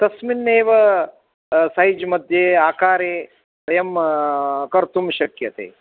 तस्मिन्नेव सैज्मध्ये आकारे वयं कर्तुं शक्यते